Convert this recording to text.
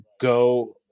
go